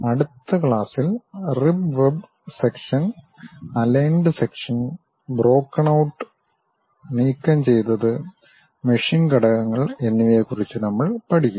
അടുത്ത ക്ലാസ്സിൽ rib web section aligned section broken out നീക്കംചെയ്തത് മെഷീൻ ഘടകങ്ങൾ എന്നിവയെക്കുറിച്ച് നമ്മൾ പഠിക്കും